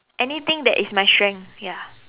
anything that is my strength ya